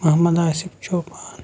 Mohammad Asif Chopan